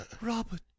Robert